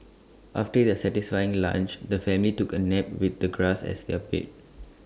after their satisfying lunch the family took A nap with the grass as their bed